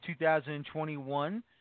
2021